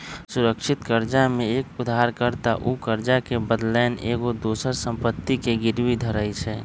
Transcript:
सुरक्षित करजा में एक उद्धार कर्ता उ करजा के बदलैन एगो दोसर संपत्ति के गिरवी धरइ छइ